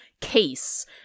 case